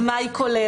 ומה היא כוללת.